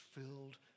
filled